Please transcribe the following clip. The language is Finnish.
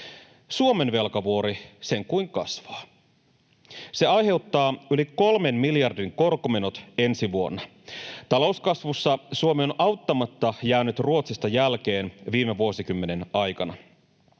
Suomen velkavuori sen kuin kasvaa. Se aiheuttaa yli kolmen miljardin korkomenot ensi vuonna. Talouskasvussa Suomi on auttamatta jäänyt Ruotsista jälkeen viime vuosikymmenen aikana.